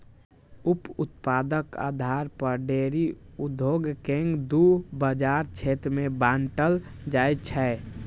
उप उत्पादक आधार पर डेयरी उद्योग कें दू बाजार क्षेत्र मे बांटल जाइ छै